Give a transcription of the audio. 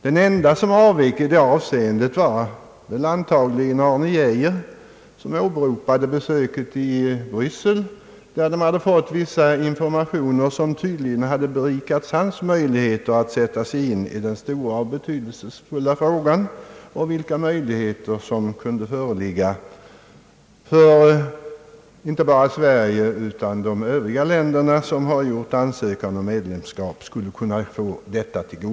Den ende som avvek i det avseendet var Arne Geijer som åberopade besöket i Bryssel där han fått vissa informationer vilka tydligen berikat hans möjligheter att sätta sig in i den stora och betydelsefulla frågan om vilka möjligheter som föreligger inte bara för Sverige utan även för öv riga länder som gjort en ansökan om medlemskap.